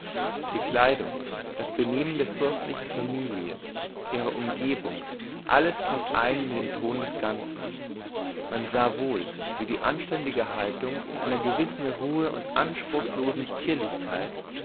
die kleidung das benehmen der fürstlichen familie ihre umgebung alles griff ein in den ton des ganzen man sah wohl wie die anständige haltung in einer gewissen ruhe und anspruchslosen zierlichkeit